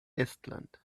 estland